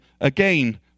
again